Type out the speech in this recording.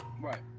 Right